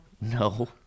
No